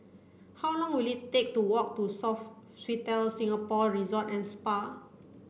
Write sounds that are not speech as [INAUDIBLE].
how long will it take to walk to [UNINTELLIGIBLE] Singapore Resort and Spa